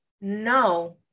no